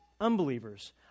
unbelievers